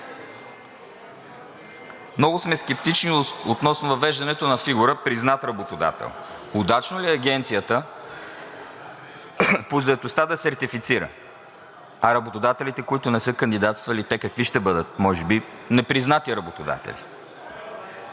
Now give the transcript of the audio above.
Много сме скептични относно въвеждането на фигура – признат работодател. Удачно ли е Агенцията по заетостта да сертифицира? А работодателите, които не са кандидатствали, те какви ще бъдат? Може би непризнати работодатели?!